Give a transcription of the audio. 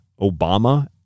Obama